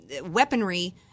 weaponry